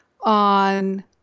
on